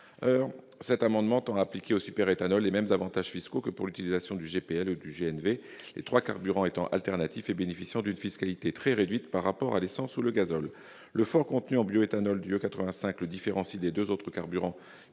kilomètre. Cet amendement tend à appliquer au superéthanol les mêmes avantages fiscaux que pour l'utilisation du GPL et du GNV, les trois carburants étant alternatifs et bénéficiant d'une fiscalité très réduite par rapport à l'essence ou au gazole. Le fort contenu en bioéthanol du E85 le différencie des deux autres carburants